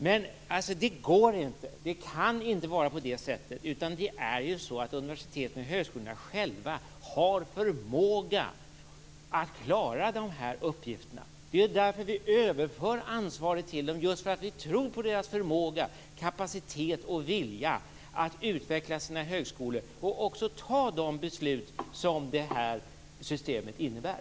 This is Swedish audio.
Men det går inte. Det kan inte vara på det sättet, utan universiteten och högskolorna har själva förmåga att klara de här uppgifterna. Vi överför ansvaret till dem just därför att vi tror på deras förmåga, kapacitet och vilja att utveckla sina högskolor och också fatta de beslut som det här systemet innebär.